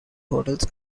hotels